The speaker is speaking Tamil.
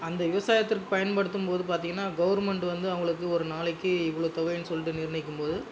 அந்த விவசாயத்திற்கு பயன்படுத்தும் போது பார்த்திங்கன்னா கவர்மெண்ட் வந்து அவுங்களுக்கு ஒரு நாளைக்கி இவ்வளோ தொகைன்னு சொல்லிட்டு நிர்ணயிக்கும்போது